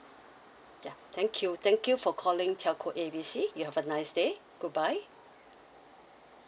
ya thank you thank you for calling telco A B C you have a nice day goodbye